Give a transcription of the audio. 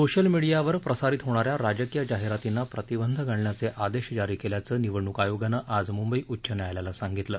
social मिडियावर प्रसारित होणा या राजकीय जाहीरातींना प्रतिबंध घालण्याचे आदेश जारी केल्याचं निवडणूक आयोगानं आज मुंबई उच्च न्यायालयाला सांगितलं